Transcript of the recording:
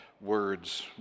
words